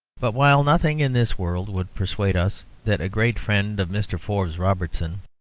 but while nothing in this world would persuade us that a great friend of mr. forbes robertson,